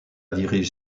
dirige